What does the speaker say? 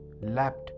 lapped